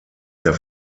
der